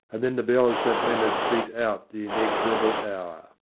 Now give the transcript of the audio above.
and then the bell of st leonards beat out the inexorable hour.